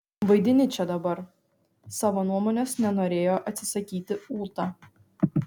vaidini čia dabar savo nuomonės nenorėjo atsisakyti ūta